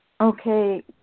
Okay